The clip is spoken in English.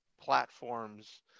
platforms